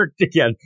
again